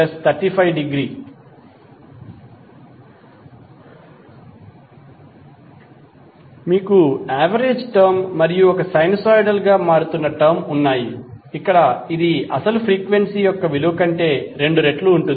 2600cos 754t35° మీకు average term మరియు ఒక సైనోసోయిడల్ గా మారుతున్న టర్మ్ ఉన్నాయి ఇక్కడ ఇది అసలు ఫ్రీక్వెన్సీ యొక్క విలువ కంటే రెండు రెట్లు ఉంటుంది